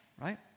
right